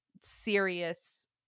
serious